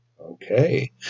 Okay